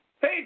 hey